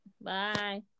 bye